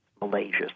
Malaysia